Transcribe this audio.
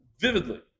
vividly